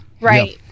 Right